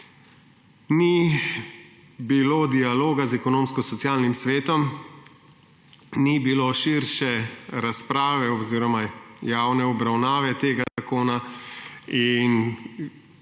Ni bilo dialoga z Ekonomsko-socialnim svetom, ni bilo širše razprave oziroma javne obravnave tega zakona in